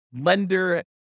lender